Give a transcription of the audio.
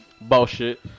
Bullshit